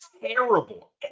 terrible